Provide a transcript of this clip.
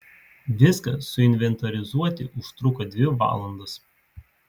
viską suinventorizuoti užtruko dvi valandas